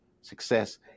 Success